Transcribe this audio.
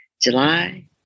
July